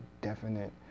definite